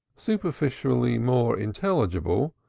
superficially more intelligible,